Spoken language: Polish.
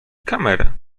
kamerę